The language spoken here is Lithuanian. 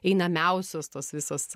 einamiausios tos visos